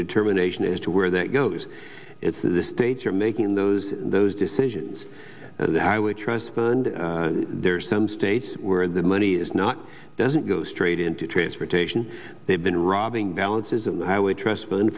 determination as to where that goes it's the states are making those those decisions that i would trust fund there are some states where the money is not doesn't go straight into transportation they've been robbing balances in the highway trust